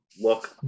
look